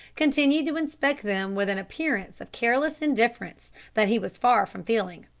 continued to inspect them with an appearance of careless indifference that he was far from feeling.